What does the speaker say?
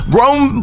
Grown